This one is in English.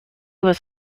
was